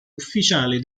ufficiale